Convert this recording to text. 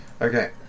Okay